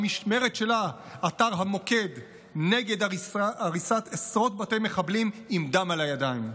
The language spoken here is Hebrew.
במשמרת שלה עתר המוקד נגד הריסת עשרות בתי מחבלים עם דם על הידיים.